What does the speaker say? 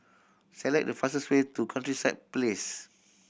select the fastest way to Countryside Place